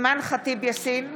אימאן ח'טיב יאסין,